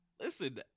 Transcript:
listen